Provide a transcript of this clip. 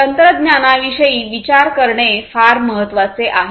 तंत्रज्ञानाविषयी विचार करणे फार महत्वाचे आहे